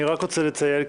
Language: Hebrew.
אני רוצה לציין,